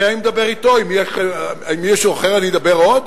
לכן אני מדבר אתו, עם מישהו אחר אני אדבר עוד?